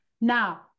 now